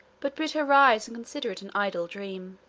but bade her rise and consider it an idle dream.